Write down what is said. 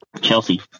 Chelsea